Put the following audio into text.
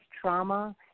trauma